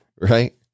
Right